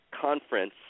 conference